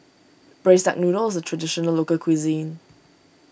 Braised Duck Noodle is a Traditional Local Cuisine